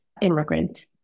immigrant